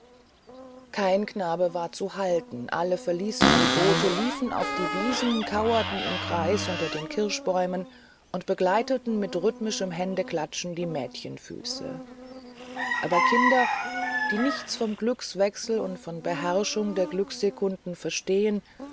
kein knabe war zu halten alle verließen die boote liefen auf die wiesen kauerten im kreis unter den kirschbäumen und begleiteten mit rhythmischem händeklatschen die mädchenfüße aber kinder die nichts vom glückswechsel und von beherrschung der glücksekunden verstehen